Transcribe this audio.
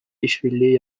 işbirliği